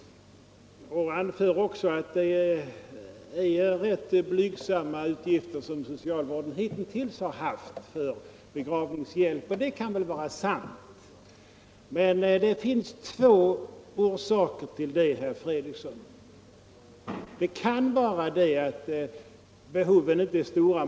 Han anför också att det är rätt blygsamma utgifter socialvården hittills haft för begravningshjälp. Detta kan ju vara sant, men det finns två orsaker, herr Fredriksson. Det kan vara så att behoven inte är stora.